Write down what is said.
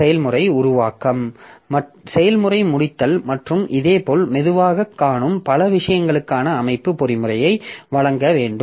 செயல்முறை உருவாக்கம் செயல்முறை முடித்தல் மற்றும் இதேபோல் மெதுவாகக் காணும் பல விஷயங்களுக்கான அமைப்பு பொறிமுறையை வழங்க வேண்டும்